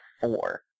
four